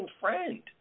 friend